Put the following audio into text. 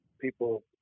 people